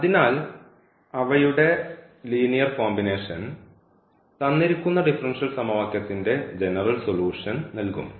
അതിനാൽ അവയുടെ linear combination തന്നിരിക്കുന്ന ഡിഫറൻഷ്യൽ സമവാക്യത്തിന്റെ ജനറൽ സൊല്യൂഷൻ നൽകും